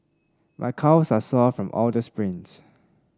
my calves are sore from all the sprints